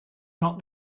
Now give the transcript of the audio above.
not